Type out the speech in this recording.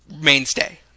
mainstay